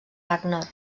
wagner